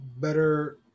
better